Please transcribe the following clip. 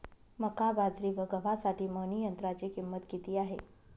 मका, बाजरी व गव्हासाठी मळणी यंत्राची किंमत किती आहे?